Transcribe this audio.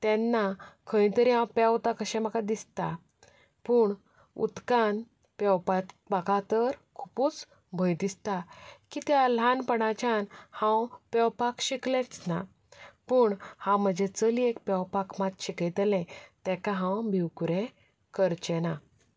तेन्ना खंय तरी हांव पेंवतां कशें म्हाका दिसता पूण उदकांत पेवपाक म्हाका तर खूबच भंय दिसता कित्याक ल्हानपणाच्यान हांव पेंवपाक शिकलेंच ना पूण हांव म्हजे चलयेक पेंवपाक मात शिकयतलें ताका हांव भिवकुरें करचें ना